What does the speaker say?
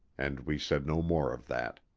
and we said no more of that.